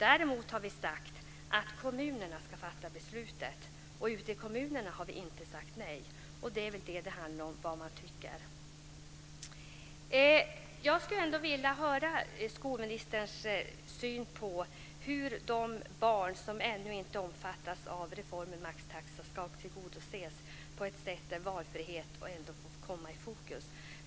Däremot har vi sagt att det är kommunerna som ska fatta beslutet, och där har vi inte sagt nej. Det handlar om vad man tycker. Jag skulle vilja höra vad skolministern har för syn på hur de barn som ännu inte omfattas av reformen med maxtaxa ska tillgodoses på ett sätt där valfriheten sätts i fokus.